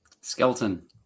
Skeleton